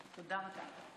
תודה רבה.